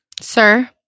sir